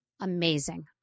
amazing